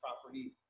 property